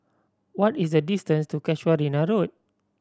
what is the distance to Casuarina Road